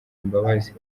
imbabazi